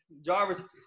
Jarvis